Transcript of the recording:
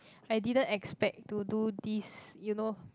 I didn't expect to do this you know